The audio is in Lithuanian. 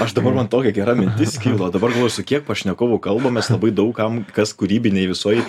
aš dabar man tokia gera mintis kilo dabar galvoju su kiek pašnekovų kalbamės labai daug kam kas kūrybinėj visoj